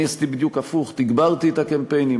אני עשיתי בדיוק הפוך: תגברתי את הקמפיינים,